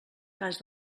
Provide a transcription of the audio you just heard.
cas